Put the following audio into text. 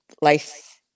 life